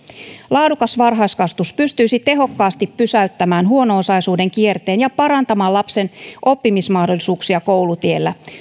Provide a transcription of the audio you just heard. laadukas varhaiskasvatus pystyisi tehokkaasti pysäyttämään huono osaisuuden kierteen ja parantamaan lapsen oppimismahdollisuuksia koulutiellä